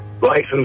License